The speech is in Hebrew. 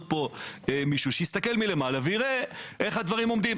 שמישהו יסתכל מלמעלה ויראה איך הדברים עובדים.